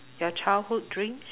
your childhood dreams